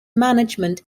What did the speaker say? management